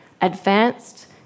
advanced